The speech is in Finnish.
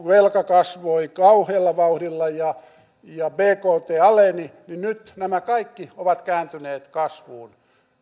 velka kasvoi kauhealla vauhdilla ja ja bkt aleni niin nyt nämä kaikki ovat kääntyneet kasvuun